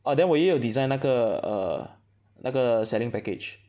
uh then 我也有 design 那个 err 那个 selling package